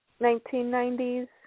1990s